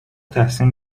تحسین